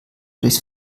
durchs